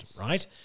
right